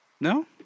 No